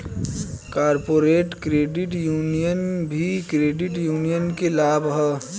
corporate credit union भी credit union के भाग ह